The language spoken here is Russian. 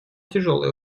тяжелые